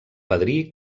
padrí